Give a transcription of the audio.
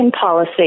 policy